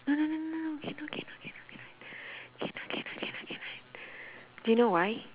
no no no no no no cannot cannot cannot cannot cannot cannot cannot cannot do you know why